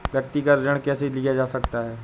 व्यक्तिगत ऋण कैसे लिया जा सकता है?